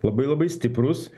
labai labai stiprūs